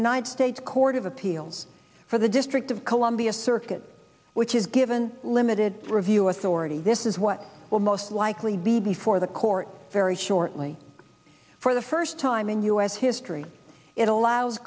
united states court of appeals for the district of columbia circuit which is given limited review authority this is what will most likely be before the court very shortly for the first time in u s history it allows